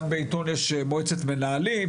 גם בעיתון יש מועצת מנהלים,